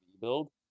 build